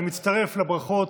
אני מצטרף לברכות